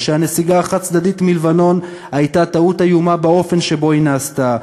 ושהנסיגה החד-צדדית מלבנון הייתה טעות איומה באופן שבו היא נעשתה,